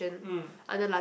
mm